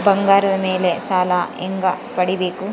ಬಂಗಾರದ ಮೇಲೆ ಸಾಲ ಹೆಂಗ ಪಡಿಬೇಕು?